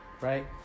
Right